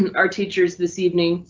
and our teachers this evening.